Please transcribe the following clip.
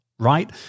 Right